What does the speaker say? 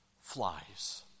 flies